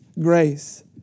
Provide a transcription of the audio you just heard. grace